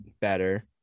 better